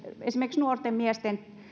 esimerkiksi niiden nuorten miesten